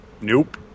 Nope